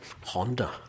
Honda